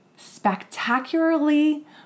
spectacularly